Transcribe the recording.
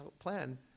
plan